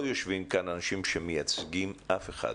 לא יושבים כאן אנשים שמייצגים אף אחד,